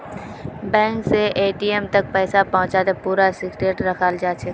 bank स ATM तक पैसा पहुंचाते पूरा सिक्रेट रखाल जाछेक